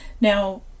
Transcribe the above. Now